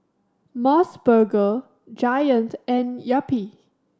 Mos Burger Giant and Yupi